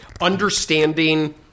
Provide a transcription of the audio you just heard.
understanding